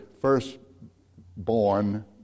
firstborn